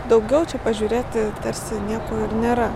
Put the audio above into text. daugiau čia pažiūrėti tarsi nieko ir nėra